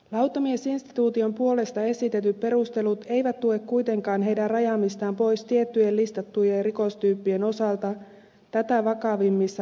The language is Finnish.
lautamiesinstituution puolesta esitetyt perustelut eivät tue kuitenkaan heidän rajaamistaan pois tiettyjen listattujen rikostyyppien osalta tätä vakavammissa rikoksissa